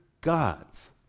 gods